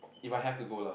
if I have to go lah